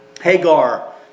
Hagar